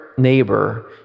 neighbor